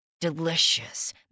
Delicious